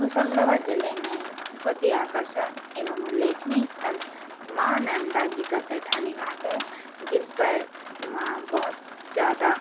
होशंगाबाद जिले में बहुत ही आकर्षण एवं लेखनीय स्थल महानर्मदा जी का सेठानी घाट है जिस पर वहाँ बहुत ज़्यादा